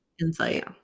insight